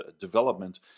development